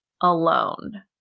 alone